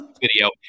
video